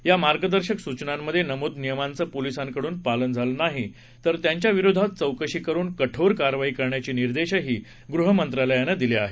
या मार्गदर्शक सुचनांमधे नमूद नियमांचं पोलीसांकडून पालन झालं नाही तर त्यांच्याविरोधात चौकशी करून कठोर कारवाई करण्याचे निर्देशही गृहमंत्रालयानं दिले आहेत